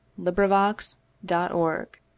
LibriVox.org